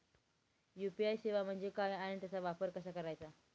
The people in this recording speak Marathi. यू.पी.आय सेवा म्हणजे काय आणि त्याचा वापर कसा करायचा?